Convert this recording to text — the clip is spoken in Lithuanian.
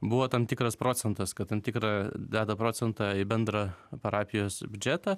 buvo tam tikras procentas kad tam tikrą deda procentą į bendrą parapijos biudžetą